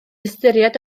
ystyried